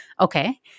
okay